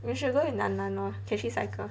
you should go with nan en lor can she cycle